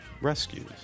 rescues